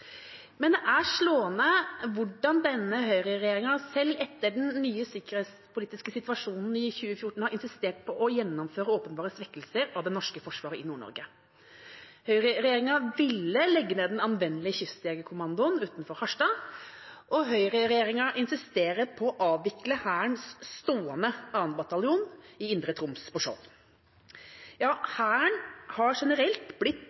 Men det er slående hvordan denne høyreregjeringa, selv etter den nye sikkerhetspolitiske situasjonen i 2014, har insistert på å gjennomføre åpenbare svekkelser av det norske forsvaret i Nord-Norge. Høyreregjeringa ville legge ned den anvendelige kystjegerkommandoen utenfor Harstad, og høyreregjeringa insisterer på å avvikle Hærens stående 2. bataljon i indre Troms, på Skjold. Hæren har generelt blitt